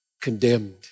condemned